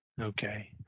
Okay